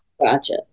Gotcha